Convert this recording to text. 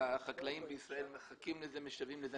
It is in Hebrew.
שהחקלאים בישראל מחכים לזה ומשוועים לזה.